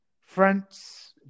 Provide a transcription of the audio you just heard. France